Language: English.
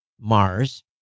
Mars